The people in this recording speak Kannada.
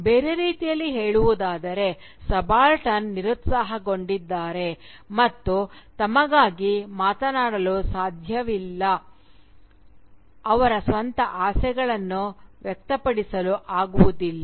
ಬೇರೆ ರೀತಿಯಲ್ಲಿ ಹೇಳುವುದಾದರೆ ಸಬಾಲ್ಟರ್ನ್ ನಿರುತ್ಸಾಹಗೊಂಡಿದ್ದಾರೆ ಮತ್ತು ತಮಗಾಗಿ ಮಾತನಾಡಲು ಸಾಧ್ಯವಿಲ್ಲ ಅವರ ಸ್ವಂತ ಆಸೆಗಳನ್ನು ವ್ಯಕ್ತಪಡಿಸಲು ಆಗುವುದಿಲ್ಲ